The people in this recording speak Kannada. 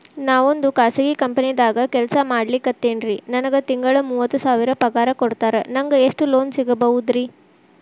ನಾವೊಂದು ಖಾಸಗಿ ಕಂಪನಿದಾಗ ಕೆಲ್ಸ ಮಾಡ್ಲಿಕತ್ತಿನ್ರಿ, ನನಗೆ ತಿಂಗಳ ಮೂವತ್ತು ಸಾವಿರ ಪಗಾರ್ ಕೊಡ್ತಾರ, ನಂಗ್ ಎಷ್ಟು ಲೋನ್ ಸಿಗಬೋದ ರಿ?